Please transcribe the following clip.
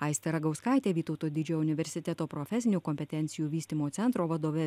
aiste ragauskaite vytauto didžiojo universiteto profesinių kompetencijų vystymo centro vadove